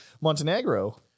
Montenegro